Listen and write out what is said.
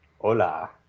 Hola